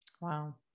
Wow